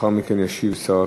לאחר מכן ישיב שר הכלכלה.